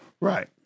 Right